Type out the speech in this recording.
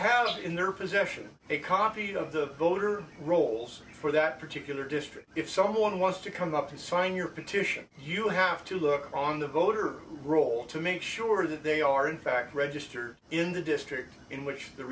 house in their possession a copy of the voter rolls for that particular district if someone wants to come up to sign your petition you have to look on the voter rolls to make sure that they are in fact register in the district in which the